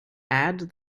add